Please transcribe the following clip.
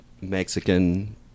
mexican